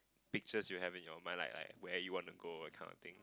pictures you have in your mind like like where you wanna go that kind of thing